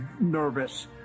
nervous